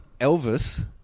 Elvis